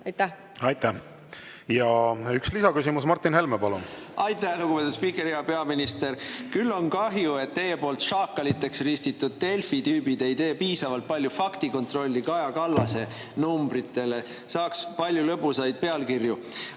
Helme, palun! Üks lisaküsimus. Martin Helme, palun! Aitäh, lugupeetud spiiker! Hea peaminister! Küll on kahju, et teie poolt šaakaliteks ristitud Delfi tüübid ei tee piisavalt palju faktikontrolli Kaja Kallase [esitatud] numbritele, saaks palju lõbusaid pealkirju.